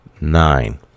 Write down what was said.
nine